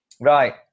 Right